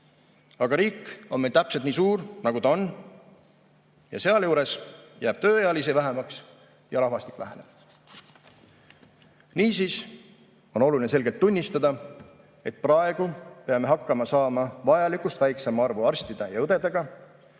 Aga riik on meil täpselt nii suur, nagu ta on. Sealjuures jääb tööealisi vähemaks ja rahvastik vananeb. Niisiis on oluline selgelt tunnistada, et praegu peame hakkama saama vajalikust väiksema arvu arstide ja õdedega,